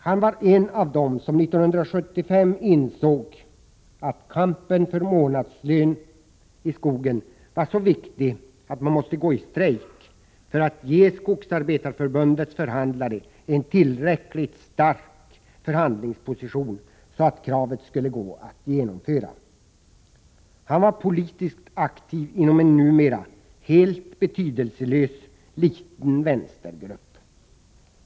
Han var en av dem som 1975 insåg att kampen för månadslön i skogen var så viktig att man måste gå i strejk för att ge Skogsarbetareförbundets förhandlare en tillräckligt stark förhandlingsposition för att kravet skulle genomföras. Han var politiskt aktiv inom en numera helt betydelselös liten vänstergrupp.